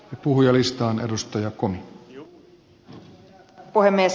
arvoisa herra puhemies